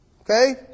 Okay